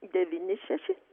devyni šeši